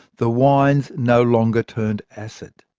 the wines no longer turned acid.